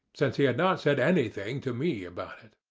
since he had not said anything to me about it.